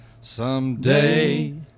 Someday